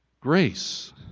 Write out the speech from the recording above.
Grace